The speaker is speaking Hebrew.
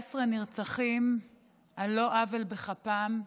14 נרצחים על לא עוול בכפם,